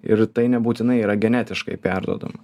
ir tai nebūtinai yra genetiškai perduodama